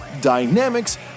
dynamics